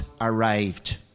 arrived